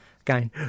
again